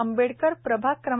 आंबेडकर प्रभाग क्र